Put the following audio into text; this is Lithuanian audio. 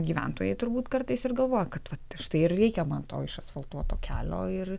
gyventojai turbūt kartais ir galvoja kad štai reikia man to išasfaltuoto kelio ir